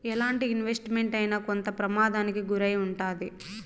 ఎలాంటి investment అయినా కొంత ప్రమాదానికి గురై ఉంటాది